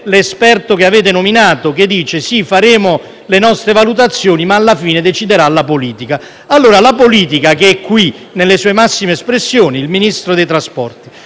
l’esperto che avete nominato, che dice che essi faranno le loro valutazioni, ma che alla fine deciderà la politica. Allora, la politica, che è qui nelle sue massime espressioni con il Ministro dei trasporti,